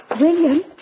William